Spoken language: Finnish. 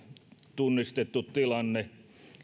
tunnistettu tilanne